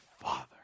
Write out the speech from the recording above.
Father